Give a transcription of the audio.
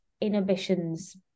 inhibitions